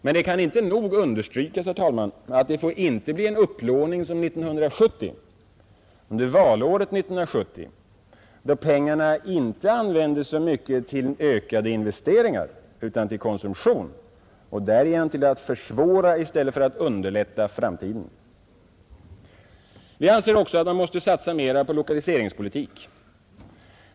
Men det kan inte nog understrykas, herr talman, att det inte får bli en sådan upplåning som under valåret 1970, då pengarna inte användes så mycket till ökade investeringar utan till konsumtion och därigenom till att försvåra i stället för att underlätta framtiden. Vi anser också att man måste satsa mer på lokaliseringspolitik.